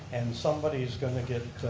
and somebody's going to get